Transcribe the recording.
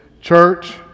church